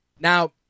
Now